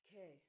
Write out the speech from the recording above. Okay